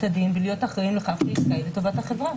הדין ולהיות אחראים לכך לטובת החברה,